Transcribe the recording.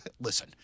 listen